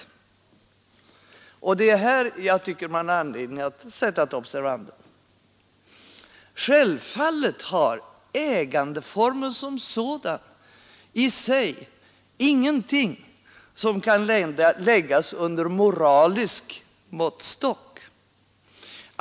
Här tycker jag att det finns anledning att sätta ett observandum. Självfallet har ägandeformen i sig ingenting som kan läggas under moralisk måttstock.